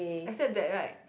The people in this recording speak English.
except that right